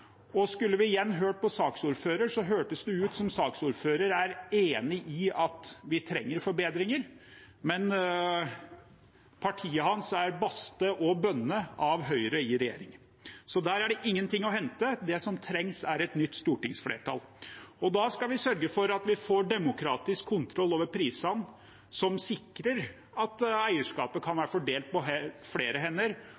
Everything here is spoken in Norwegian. vi hører på saksordføreren, høres det ut som om han er enig i at vi trenger forbedringer, men partiet hans er bastet og bundet av Høyre i regjering, så der er det ingenting å hente. Det som trengs, er et nytt stortingsflertall. Da skal vi sørge for at vi får demokratisk kontroll over prisene, som sikrer at eierskapet kan